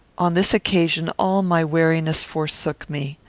on this occasion all my wariness forsook me.